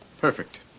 Perfect